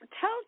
Tell